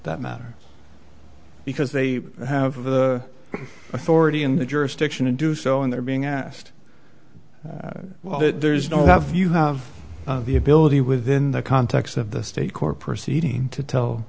that matter because they have the authority in the jurisdiction to do so and they're being asked well there's no have you have the ability within the context of the state court proceeding to tell